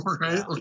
right